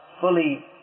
fully